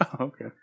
okay